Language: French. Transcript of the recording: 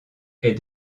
est